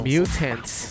Mutants